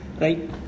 Right